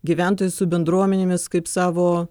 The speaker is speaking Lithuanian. gyventojais su bendruomenėmis kaip savo